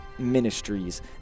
ministries